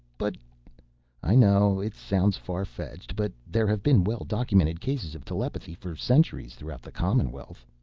but i know it sounds farfetched. but there have been well-documented cases of telepathy for centuries throughout the commonwealth.